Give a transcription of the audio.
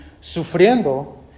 sufriendo